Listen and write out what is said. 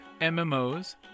MMOs